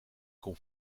kon